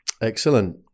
Excellent